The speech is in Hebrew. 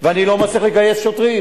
אני לא מצליח לגייס שוטרים